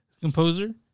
composer